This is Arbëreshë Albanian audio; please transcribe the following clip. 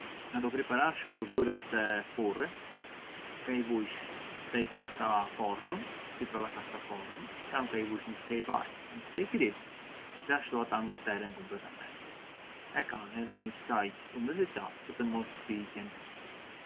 Na do pripararsh vurdhurët te furri, ka i vush te carta fornoa- sipra la carta forno, pra’ ka i vush një skaj vajë e një skaj kripë se ashtu ata ngë teren completamenti e kanë një skaj umidità sa të mos piqen.